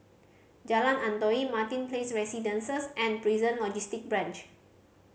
Jalan Antoi Martin Place Residences and Prison Logistic Branch